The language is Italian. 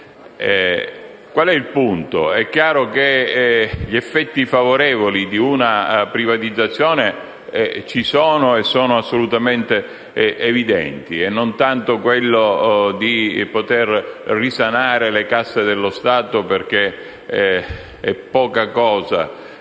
Qual è il punto? È chiaro che gli effetti favorevoli di una privatizzazione ci sono, e sono assolutamente evidenti. Non mi riferisco tanto alla possibilità di risanare le casse dello Stato, perché è poca cosa,